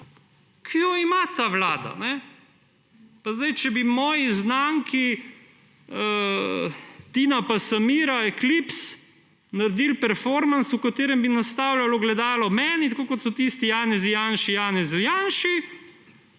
jo ima ta vlada. Če bi moji znanki Tina pa Samira, Eclipse, naredili performans v katerem bi nastavili ogledalo meni, tako kot so tisti Janezi Janši Janezu Janši,